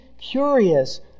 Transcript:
curious